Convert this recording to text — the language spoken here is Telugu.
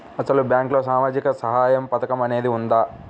అసలు బ్యాంక్లో సామాజిక సహాయం పథకం అనేది వున్నదా?